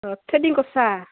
অঁ থ্ৰেডিং কৰিছা